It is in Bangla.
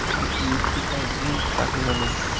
মৃত্তিকার বুনট কাকে বলে?